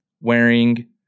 wearing